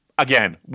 Again